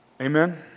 Amen